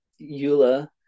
Eula